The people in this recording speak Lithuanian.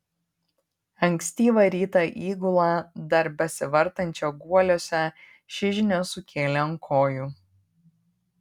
ankstyvą rytą įgulą dar besivartančią guoliuose ši žinia sukėlė ant kojų